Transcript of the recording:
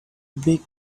big